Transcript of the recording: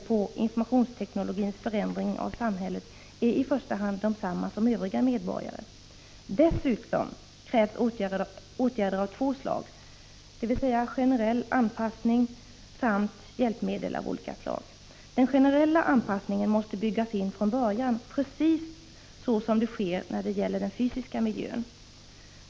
1985/86:53 nologins förändring av samhället är i första hand desamma som övriga — 17 december 1985 medborgare ställer. Dessutom krävs åtgärder av två slag: generell anpassning ——— samt hjälpmedel av olika slag. Datapolitik Den generella anpassningen måste byggas in från början, precis så som sker när det gäller den fysiska miljön.